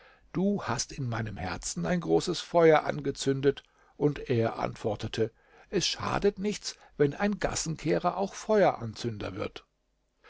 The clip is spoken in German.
du hast in meinem herzen ein großes feuer angezündet und er antwortete es schadet nichts wenn ein gassenkehrer auch feueranzünder wird